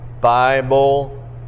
Bible